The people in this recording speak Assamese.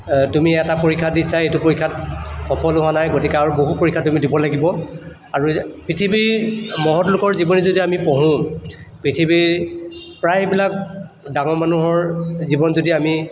তুমি এটা পৰীক্ষা দিছা এইটো পৰীক্ষাত সফল হোৱা নাই গতিকে আৰু বহু পৰীক্ষা তুমি দিব লাগিব আৰু পৃথিৱীৰ মহৎলোকৰ জীৱনী যদি আমি পঢ়োঁ পৃথিৱীৰ প্ৰায়বিলাক ডাঙৰ মানুহৰ জীৱন যদি আমি